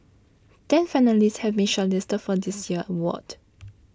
ten finalists have been shortlisted for this year's award